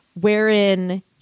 Wherein